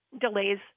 delays